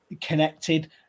connected